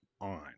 on